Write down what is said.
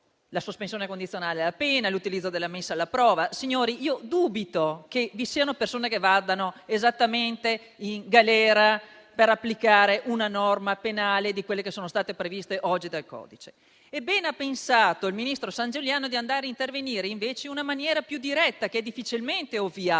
la sospensione condizionale della pena o l'utilizzo della messa alla prova. Signori, dubito che vi siano persone che andranno in galera in applicazione di una delle norme penali previste oggi dal codice e bene ha pensato il ministro Sangiuliano di andare a intervenire invece in una maniera più diretta, che è difficilmente ovviabile,